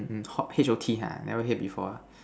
mm hot H_O_T ha never hear before